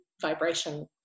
vibration